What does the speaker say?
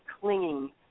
clinging